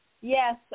Yes